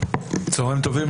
צוהריים טובים,